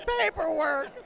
paperwork